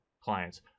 clients